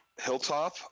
Hilltop